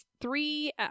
three